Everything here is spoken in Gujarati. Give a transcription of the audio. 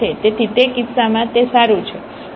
તેથી તે કિસ્સામાં તે સારું છે